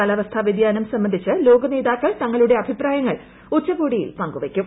കാലാവസ്ഥാ വ്യതിയാനം സംബന്ധിച്ച് ലോകനേതാക്കൾ തങ്ങളുടെ അഭിപ്രായങ്ങൾ ഉച്ചകോടിയിൽ പങ്കുവയ്ക്കും